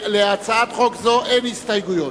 להצעת חוק זו אין הסתייגויות,